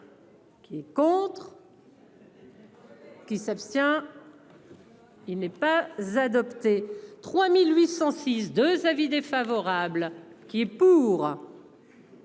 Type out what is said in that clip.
Qui est contre. La. Qui s'abstient. Il n'est pas z'adopté 3806 2 avis défavorables qui est pour.